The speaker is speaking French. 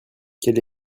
quelle